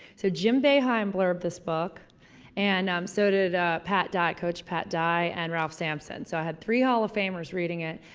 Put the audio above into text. so jim boeheim blurbed this book and um so did pat dye, coach pat dye and ralph sampson. so i had three hall of famers reading it.